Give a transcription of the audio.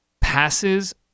passes